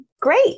great